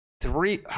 three